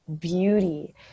beauty